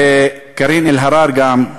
וקארין אלהרר גם,